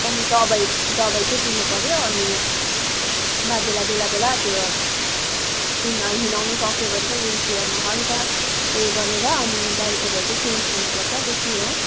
अनि दबाई दबाई चाहिँ दिनुपऱ्यो अनि बाजेलाई बेला बेला त्यो हिन हिँडाउनु सक्यो भने चाहिँ विल चेयरमा हल्का उयो गरेर अनि डाइपरहरू चाहिँ चेन्ज गर्नुपर्छ त्यति हो